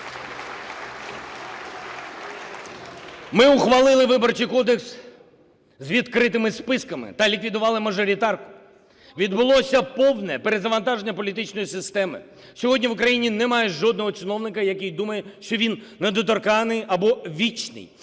Ми ухвалили Виборчий кодекс з відкритими списками та ліквідували мажоритарку. Відбулося повне перезавантаження політичної системи. Сьогодні в Україні немає жодного чиновника, який думає, що він недоторканний або вічний,